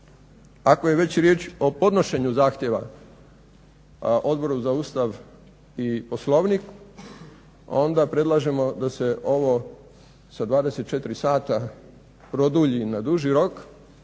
ako je već riječ o podnošenju zahtjeva Odboru za Ustav i Poslovnik, onda predlažemo da se ovo sa 24 sata produlji na duži rok